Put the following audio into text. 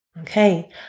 Okay